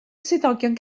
swyddogion